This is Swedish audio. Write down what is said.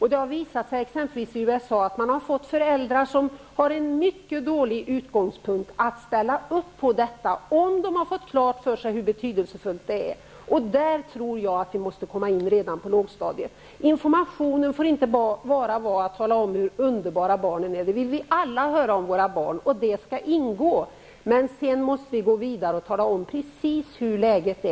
I USA har man fått föräldrar med en mycket dålig utgångspunkt att ställa upp på detta, om de har fått klart för sig hur betydelsefullt det är. Jag tror att man måste komma in redan på lågstadiet. Informationen får inte bara bestå i att läraren talar om hur underbara barnen är. Det vill vi väl alla höra om våra barn, och det skall också ingå, men sedan måste man gå vidare och tala om precis hur läget är.